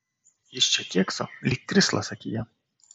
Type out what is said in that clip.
jis čia kėkso lyg krislas akyje